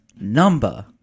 number